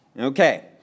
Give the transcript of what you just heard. Okay